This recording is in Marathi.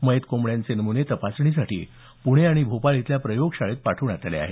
मयत कोंबड्यांचे नमुने तपासणीसाठी प्रणे आणि भोपाळ इथल्या प्रयोगशाळेत पाठवण्यात आले आहेत